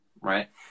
Right